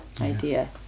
idea